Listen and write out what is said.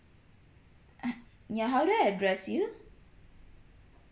uh ya how do I address you